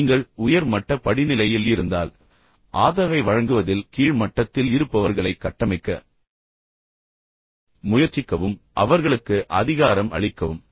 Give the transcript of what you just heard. எனவே நீங்கள் உயர் மட்ட படிநிலையில் இருந்தால் ஆதரவை வழங்குவதில் கீழ் மட்டத்தில் இருப்பவர்களை கட்டமைக்க முயற்சிக்கவும் அவர்களுக்கு அதிகாரம் அளிக்கவும்